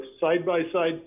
side-by-side